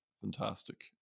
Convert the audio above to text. fantastic